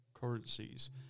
currencies